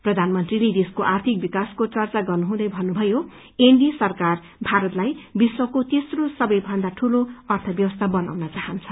प्रधानमन्त्रीले देशको आर्थिक विकासको चर्चा गर्नुहुँदै भन्नुभयो एनडीए सरकार भारतलाई विश्वको तेस्रो सबैभन्दा दूलो अर्थब्यवस्था बनाइन चाहन्छ